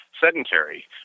sedentary